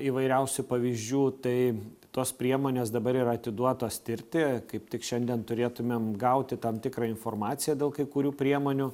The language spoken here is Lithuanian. įvairiausių pavyzdžių tai tos priemonės dabar yra atiduotos tirti kaip tik šiandien turėtumėm gauti tam tikrą informaciją dėl kai kurių priemonių